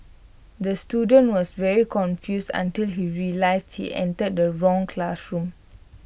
the student was very confused until he realised he entered the wrong classroom